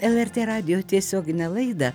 lrt radijo tiesioginę laidą